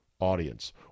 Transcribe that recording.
Audience